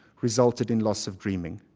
resulted in loss of dreaming.